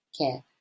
care